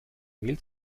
mehl